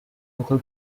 local